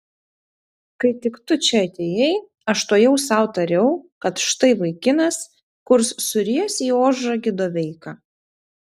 kai tik tu čia atėjai aš tuojau sau tariau kad štai vaikinas kurs suries į ožragį doveiką